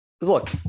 Look